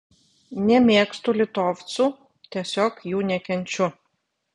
nemėgstu litovcų tiesiog jų nekenčiu